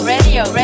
Radio